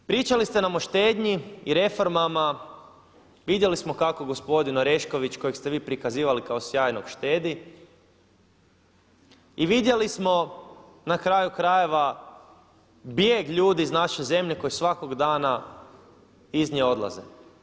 Pričali ste nam o štednji i reformama, vidjeli smo kako gospodin Orešković kojeg ste vi prikazivali kao sjajnog štedi i vidjeli smo na kraju krajeva bijeg ljudi iz naše zemlje koji svakog dana iz nje odlaze.